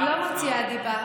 אני לא מוציאה דיבה.